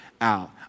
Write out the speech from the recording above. out